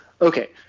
Okay